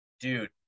dude